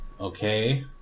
Okay